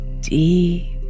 deep